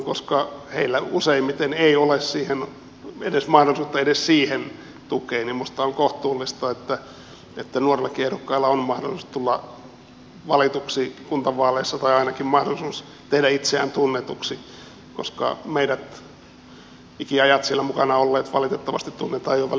koska heillä useimmiten ei ole mahdollisuutta edes siihen tukeen niin minusta on kohtuullista että nuorillakin ehdokkailla on mahdollisuus tulla valituiksi kuntavaaleissa tai ainakin tehdä itseään tunnetuksi koska meidät ikiajat siellä mukana olleet valitettavasti tunnetaan jo välillä liiankin hyvin